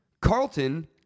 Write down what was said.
Carlton